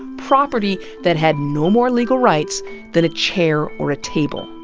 property that had no more legal rights than a chair or a table.